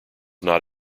not